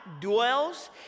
dwells